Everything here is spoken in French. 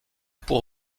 pour